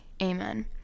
Amen